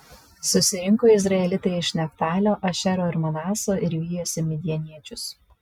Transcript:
susirinko izraelitai iš neftalio ašero ir manaso ir vijosi midjaniečius